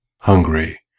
Hungry